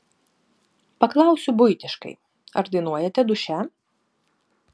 paklausiu buitiškai ar dainuojate duše